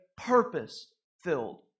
purpose-filled